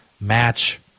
match